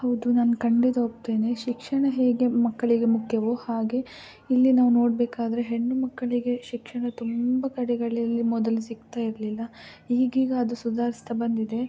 ಹೌದು ನಾನು ಖಂಡಿತ ಒಪ್ತೇನೆ ಶಿಕ್ಷಣ ಹೇಗೆ ಮಕ್ಕಳಿಗೆ ಮುಖ್ಯವೋ ಹಾಗೇ ಇಲ್ಲಿ ನಾವು ನೋಡಬೇಕಾದ್ರೆ ಹೆಣ್ಣು ಮಕ್ಕಳಿಗೆ ಶಿಕ್ಷಣ ತುಂಬ ಕಡೆಗಳಲ್ಲಿ ಮೊದಲು ಸಿಗ್ತಾ ಇರಲಿಲ್ಲ ಈಗೀಗ ಅದು ಸುಧಾರಿಸ್ತಾ ಬಂದಿದೆ